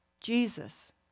Jesus